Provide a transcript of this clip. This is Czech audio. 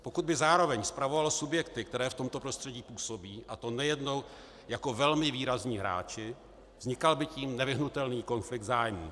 Pokud by zároveň spravovalo subjekty, které v tomto prostředí působí, a to nejednou jako velmi výrazní hráči, vznikal by tím nevyhnutelný konflikt zájmů.